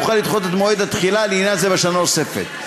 יוכל לדחות את מועד התחילה לעניין זה בשנה נוספת.